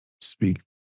speak